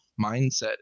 mindset